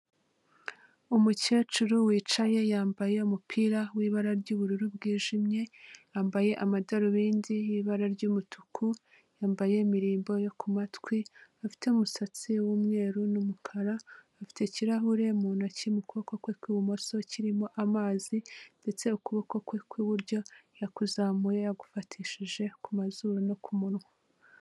Umukecuru wicaye yambaye umupira w'ibara ry'ubururu bwijimye, yambaye amadarubindi y'ibara ry'umutuku, yambaye imirimbo yo ku matwi, afite umusatsi w'umweru n'umukara, afite ikirahure mu ntoki mu kuboko kwe kw'ibumoso kirimo amazi, ndetse ukuboko kwe kw'iburyo yakuzamuye agufatishije ku mazuru no ku munwa.